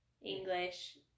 English